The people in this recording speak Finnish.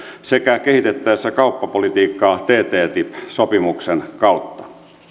sekä kehitettäessä kauppapolitiikkaa ttip sopimuksen kautta